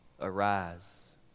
arise